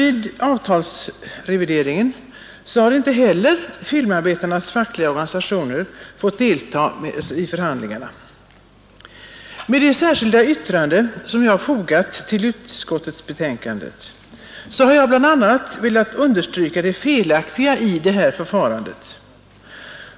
Vid avtalsrevideringen nu har inte heller filmarbetarnas fackliga organisationer fått delta i förhandlingarna. Med det särskilda yttrande som jag har fogat till utskottsbetänkandet har jag bl.a. velat understryka det felaktiga i det här förfarandet.